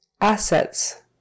Assets